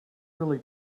really